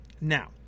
Now